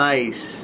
Nice